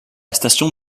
station